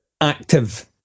active